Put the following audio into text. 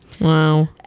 Wow